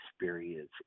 experience